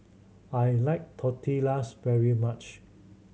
I like Tortillas very much